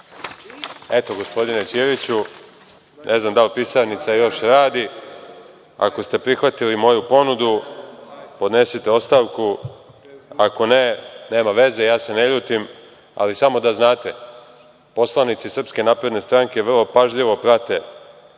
gospodine Ćiriću, ne znam da li pisarnica još radi, ako ste prihvatili moju ponudu, podnesite ostavku. Ako ne, nema veze, ja se ne ljutim, ali samo da znate, poslanici SNS vrlo pažljivo prate